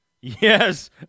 Yes